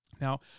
Now